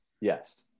Yes